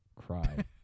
cry